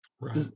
Right